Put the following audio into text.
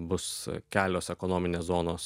bus kelios ekonominės zonos